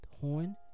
horn